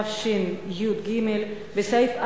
בסעיף 4,